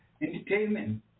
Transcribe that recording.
entertainment